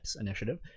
initiative